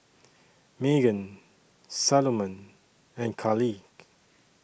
Magan Salomon and Carleigh